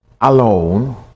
alone